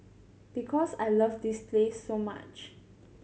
because I love this place so much